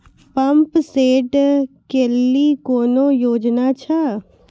Pump set केलेली कोनो योजना छ?